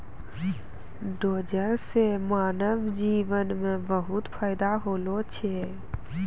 dozer सें मानव जीवन म बहुत फायदा होलो छै